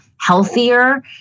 healthier